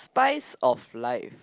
spice of life